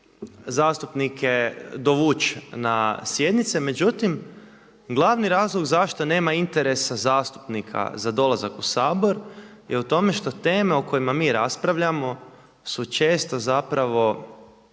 zastupnike dovući na sjednice međutim glavni razlog zašto nema interesa zastupnika za dolazak u Sabor je u tome što teme o kojima mi raspravljamo su često zapravo